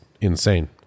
insane